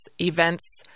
Events